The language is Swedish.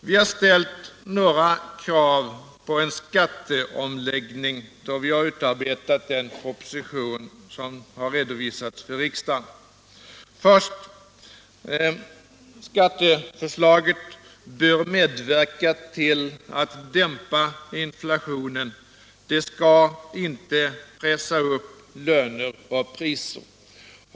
Vi ställde några krav på en skatteomläggning då vi utarbetade den proposition som har redovisats för riksdagen. För det första bör skatteförslaget medverka till att dämpa inflationen; det skall inte pressa upp löner och priser.